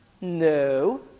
No